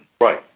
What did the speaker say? Right